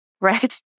right